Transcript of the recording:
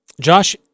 Josh